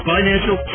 Financial